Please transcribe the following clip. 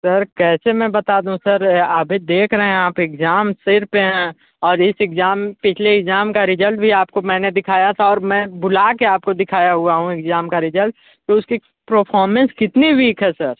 sir कैसे में बता दूँ सर अभी देख रहे हैं आप एग्जाम सिर पे हैं और इस एग्जाम पिछले एग्जाम का रिजल्ट भी आपको मैंने दिखाया था और मैं बुला के आपको दिखाया हुआ हूँ एग्जाम का रिजल्ट तो उसकी प्रफॉर्मेंस कितनी वीक है सर